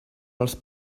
els